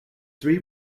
three